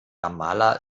ramallah